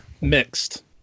mixed